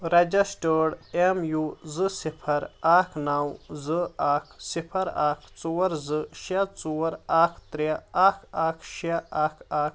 registered M U زٕ صِفَر اَکھ نَو زٕ اَکھ صِفَر اَکھ ژور زٕ شےٚ ژور اَکھ ترٛےٚ اَکھ اَکھ شےٚ اَکھ اَکھ